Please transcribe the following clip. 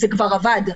זה כבר עבד,